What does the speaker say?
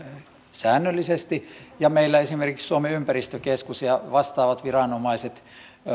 säännöllisesti ja meillä esimerkiksi suomen ympäristökeskus ja vastaavat viranomaiset